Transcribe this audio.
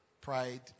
Pride